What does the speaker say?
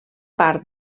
part